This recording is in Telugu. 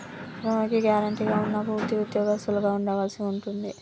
లోనుకి గ్యారెంటీగా ఉన్నా పూర్తి ఉద్యోగస్తులుగా ఉండవలసి ఉంటుంది